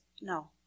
No